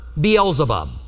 Beelzebub